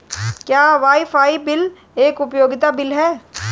क्या wifi bill एक उपयोगिता बिल है?